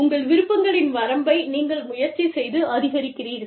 உங்கள் விருப்பங்களின் வரம்பை நீங்கள் முயற்சி செய்து அதிகரிக்கிறீர்கள்